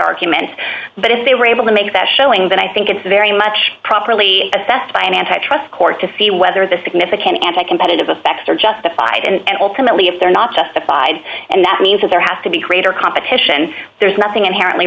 argument but if they were able to make that showing that i think it's very much properly assessed by an antitrust court to see whether the significant anti competitive effects are justified and ultimately if they're not justified and that means that there has to be greater competition there's nothing inherently